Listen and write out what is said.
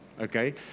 Okay